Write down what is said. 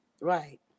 right